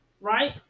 right